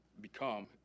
become